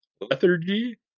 Lethargy